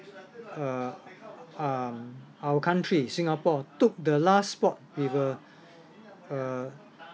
err um our country singapore took the last spot with a err